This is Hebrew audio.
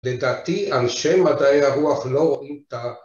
לדעתי אנשי מדעי הרוח לא רואים ט